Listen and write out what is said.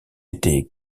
été